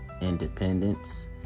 independence